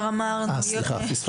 היא אמרה.